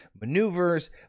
maneuvers